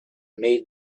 made